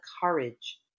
courage